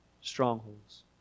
strongholds